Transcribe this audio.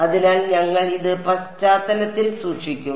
അതിനാൽ ഞങ്ങൾ ഇത് പശ്ചാത്തലത്തിൽ സൂക്ഷിക്കും